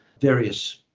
various